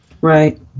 Right